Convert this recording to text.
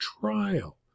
trial